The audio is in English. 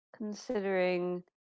Considering